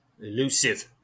Elusive